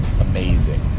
amazing